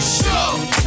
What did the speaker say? show